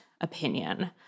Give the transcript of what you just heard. opinion